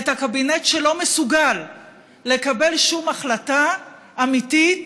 את הקבינט שלא מסוגל לקבל שום החלטה אמיתית